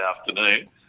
afternoon